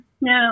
no